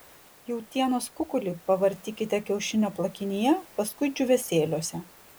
jautienos kukulį pavartykite kiaušinio plakinyje paskui džiūvėsėliuose